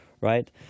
right